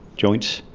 joints,